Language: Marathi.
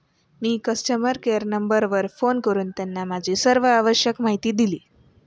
मी कस्टमर केअर नंबरवर फोन करून त्यांना माझी सर्व आवश्यक माहिती दिली